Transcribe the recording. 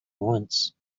once